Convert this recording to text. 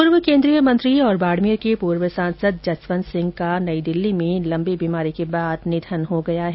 पूर्व केन्द्रीय मंत्री और बाडमेर के पूर्व सांसद जसवंत सिंह का नई दिल्ली में लम्बी बीमारी के बाद निधन हो गया है